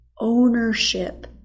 ownership